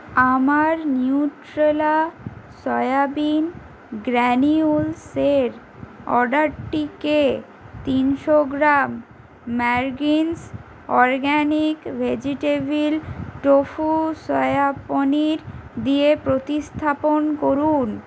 আমার নিউট্রেলা সোয়াবিন গ্র্যানিউলসের অর্ডারটি কে তিনশো গ্রাম মারগিন্স organic vegetable tofu soya paneer দিয়ে প্রতিস্থাপন করুন